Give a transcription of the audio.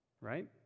Right